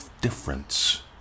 difference